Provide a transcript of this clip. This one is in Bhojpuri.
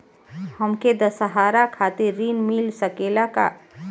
हमके दशहारा खातिर ऋण मिल सकेला का?